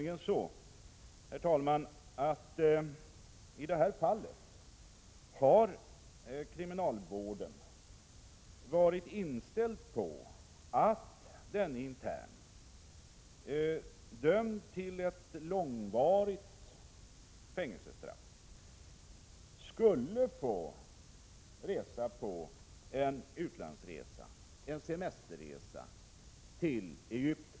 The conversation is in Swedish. I det här fallet har nämligen, herr talman, kriminalvården varit inställd på att en intern, dömd till ett långvarigt fängelsestraff, skulle få resa utomlands, göra en semesterresa till Egypten.